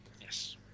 yes